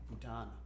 Bhutan